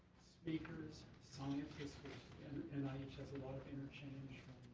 speakers, scientists, and and nih has a lot of interchange